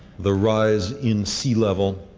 the rise in sea level.